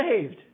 saved